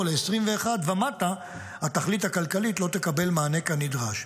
ל-21 ומטה התכלית הכלכלית לא תקבל מענה כנדרש.